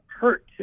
hurt